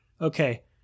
Okay